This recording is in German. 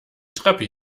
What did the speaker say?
treppe